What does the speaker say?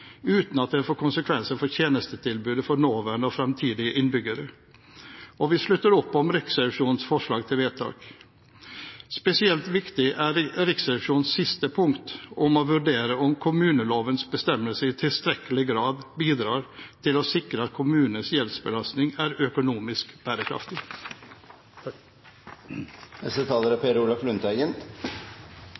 uten at det får konsekvenser for tjenestetilbudet for nåværende og framtidige innbyggere, og vi slutter opp om Riksrevisjonens forslag til tiltak. Spesielt viktig er Riksrevisjonens siste punkt om å vurdere om kommunelovens bestemmelser i tilstrekkelig grad bidrar til å sikre at kommunenes gjeldsbelastning er økonomisk bærekraftig. Jeg vil takke Riksrevisjonen fordi de har gått inn på dette spørsmålet. Det er